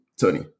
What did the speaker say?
Tony